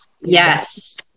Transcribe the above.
Yes